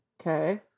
Okay